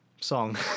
Song